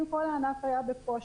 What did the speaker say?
אם כל הענף היה בקושי,